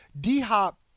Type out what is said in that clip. D-Hop